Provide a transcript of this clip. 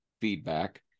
feedback